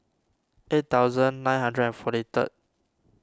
eight thousand nine hundred and forty third